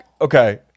Okay